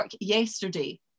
yesterday